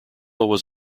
was